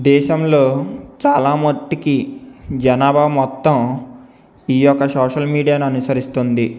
దేశంలో చాలా మట్టికి జనాభా మొత్తం ఈ యొక్క సోషల్ మీడియాను అనుసరిస్తుంది